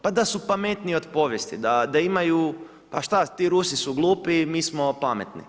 Pa da su pametniji od povijesti, da imaju a šta ti Rusi su glupi, mi smo pametni.